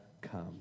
come